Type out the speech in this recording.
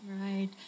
Right